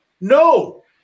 No